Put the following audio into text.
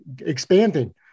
expanding